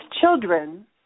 children